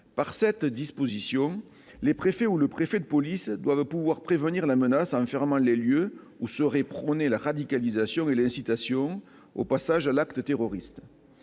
Par cette disposition, les préfets ou le préfet de police doivent pouvoir prévenir la menace en fermant les lieux où la radicalisation serait prônée et où serait pratiquée l'incitation au passage à l'acte terroriste.